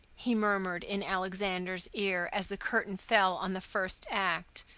he murmured in alexander's ear, as the curtain fell on the first act,